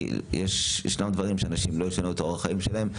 כי ישנם דברים שאנשים לא ישנו את אורח החיים שלהם.